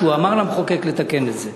שאמר למחוקק לתקן את זה.